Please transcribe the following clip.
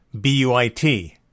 B-U-I-T